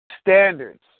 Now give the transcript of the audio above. Standards